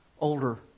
older